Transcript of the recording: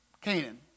Canaan